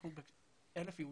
אנחנו 1,000 יהודים,